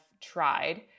tried